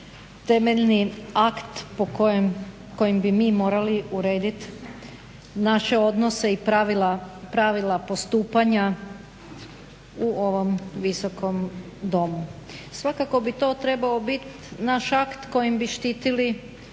temeljni akt kojim bi mi morali urediti naše odnose i pravila postupanja u ovom Visokom domu. Svakako bi to trebao biti naš akt kojim bi štitili